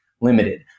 limited